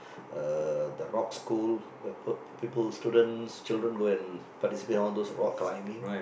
uh the rock school where p~ people students children go and participate in all those rock climbing